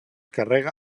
carrega